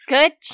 Good